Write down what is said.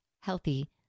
healthy